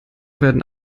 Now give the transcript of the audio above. werden